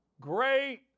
great